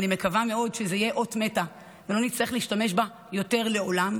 ואני מקווה שזאת תהיה אות מתה ולא נצטרך להשתמש בה יותר לעולם.